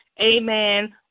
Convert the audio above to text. Amen